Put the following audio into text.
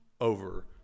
over